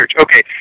okay